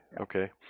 Okay